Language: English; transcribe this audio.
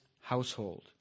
household